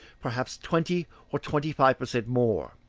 perhaps twenty or twenty five per cent. more,